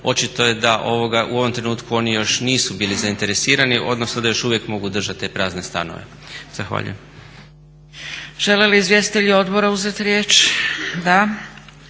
očito je da u ovom trenutku oni još nisu bili zainteresirani, odnosno da još uvijek mogu držati te prazne stanove. Zahvaljujem. **Zgrebec, Dragica (SDP)** Žele li izvjestitelji odbora uzeti riječ? Da.